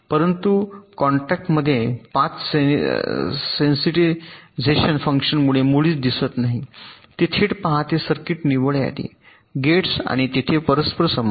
परंतु कॉन्ट्रास्टमध्ये path sensitization फंक्शनकडे मुळीच दिसत नाही ते थेट पाहते सर्किट निव्वळ यादी गेट्स आणि तेथे परस्पर संबंध